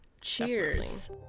Cheers